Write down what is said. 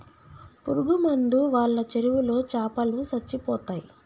పురుగు మందు వాళ్ళ చెరువులో చాపలో సచ్చిపోతయ్